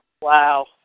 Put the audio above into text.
Wow